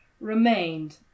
remained